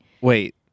Wait